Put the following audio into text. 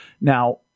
Now